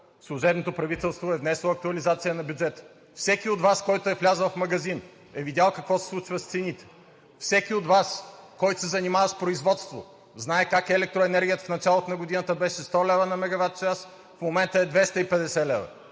служебното правителство е внесло актуализация на бюджета. Всеки от Вас, който е влязъл в магазин, е видял какво се случва с цените. Всеки от Вас, който се занимава с производство, знае как електроенергията в началото на година беше 100 лв. на мегават час, в момента е 250 лв.,